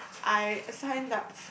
I assigned up